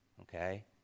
okay